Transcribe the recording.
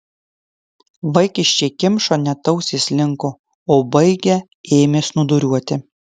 vaikiščiai kimšo net ausys linko o baigę ėmė snūduriuoti